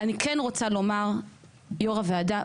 אני כן רוצה לומר יו"ר הוועדה.